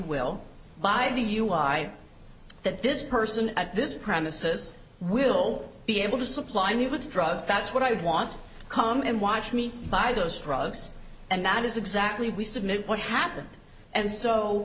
i that this person at this premises will be able to supply me with drugs that's what i would want to come and watch me buy those drugs and that is exactly what happened and so